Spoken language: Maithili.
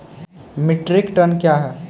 मीट्रिक टन कया हैं?